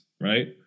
right